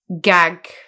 gag